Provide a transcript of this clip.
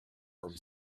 from